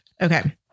Okay